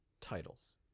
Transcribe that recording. titles